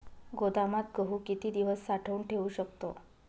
गोदामात गहू किती दिवस साठवून ठेवू शकतो?